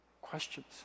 questions